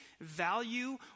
value